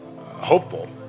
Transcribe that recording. hopeful